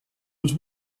was